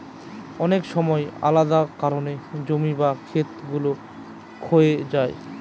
অনেক সময় আলাদা কারনে জমি বা খেত গুলো ক্ষয়ে যায়